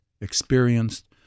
experienced